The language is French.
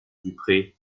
dupré